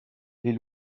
les